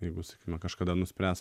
jeigu sakykime kažkada nuspręs